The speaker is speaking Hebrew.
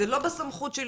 זה לא בסמכות שלי,